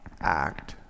act